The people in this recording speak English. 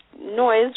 noise